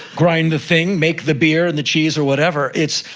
grind the thing, make the beer, and the cheese or whatever. it's,